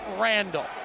Randall